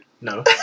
No